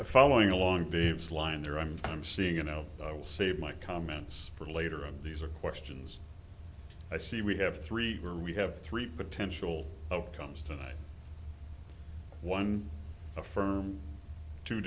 a following along dave's line there i'm i'm seeing you know i will save my comments for later of these are questions i see we have three are we have three potential outcomes tonight one a firm to